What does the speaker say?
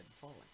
falling